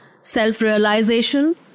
self-realization